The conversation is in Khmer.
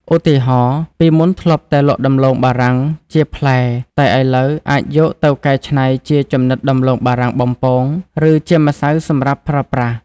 ឧទាហរណ៍ ពីមុនធ្លាប់តែលក់ដំឡូងបារាំងជាផ្លែ តែឥឡូវអាចយកទៅកែច្នៃជាចំណិតដំឡូងបារាំងបំពង ឬជាម្សៅសម្រាប់ប្រើប្រាស់។